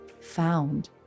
found